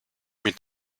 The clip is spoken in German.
mit